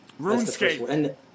RuneScape